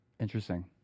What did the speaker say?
Interesting